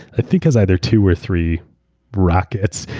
i think it's either two or three rockets.